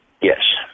Yes